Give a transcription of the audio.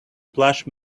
plush